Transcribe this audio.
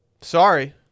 Sorry